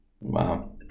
Wow